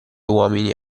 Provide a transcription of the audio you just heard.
uomini